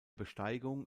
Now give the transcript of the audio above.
besteigung